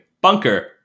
bunker